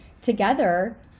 together